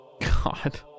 god